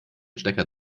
stecker